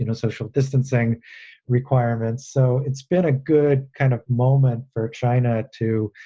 you know social distancing requirements. so it's been a good kind of moment for china to